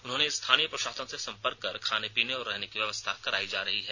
उन्हें स्थानीय प्रशासन से संपर्क कर खाने पीने और रहने की व्यवस्था करायी जा रही है